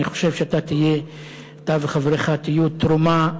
אני חושב שאתה תהיה, אתה וחבריך תהיו תרומה.